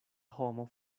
homo